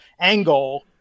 angle